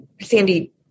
Sandy